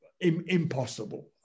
impossible